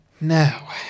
Now